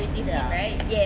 ya